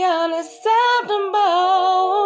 unacceptable